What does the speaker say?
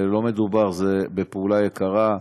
לא מדובר בפעולה יקרה,